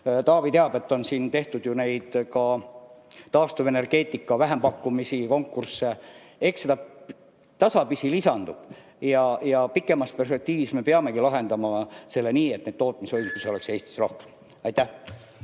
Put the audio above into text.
Taavi teab, et on tehtud ka taastuvenergeetika vähempakkumisi ja konkursse. Eks seda tasapisi lisandub ja pikemas perspektiivis me peamegi lahendama selle nii, et neid tootmisvõimsusi oleks Eestis rohkem. Aitäh!